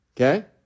Okay